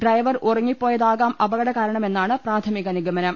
driver ഉറങ്ങിപ്പോയതാകാം അപകട കാരണമെന്നാണ് പ്രഥമിക നിഗമനം